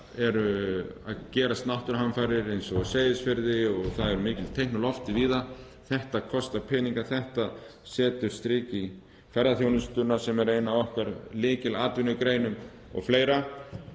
en líka náttúruhamfarir á Seyðisfirði og það eru mikil teikn á lofti víða. Þetta kostar peninga, þetta setur strik í ferðaþjónustuna sem er ein af okkar lykilatvinnugreinum o.fl.